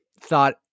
thought